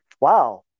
wow